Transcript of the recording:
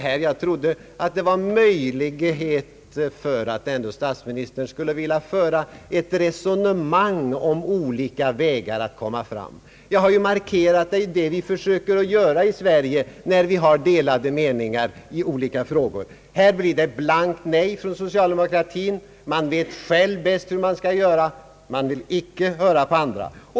Här trodde jag att det fanns möjlighet för att statsministern skulle vilja föra ett resonemang om olika vägar att komma fram. Jag har ju markerat att det är det vi försöker göra i Sverige när vi har delade meningar i olika frågor. Här blir det emellertid ett blankt nej från socialdemokratin. Man vet själv bäst hur man skall göra. Man vill inte höra på andra.